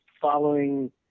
following